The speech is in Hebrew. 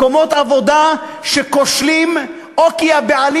מקומות עבודה שכושלים או כי הבעלים